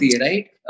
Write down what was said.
right